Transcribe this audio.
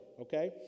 okay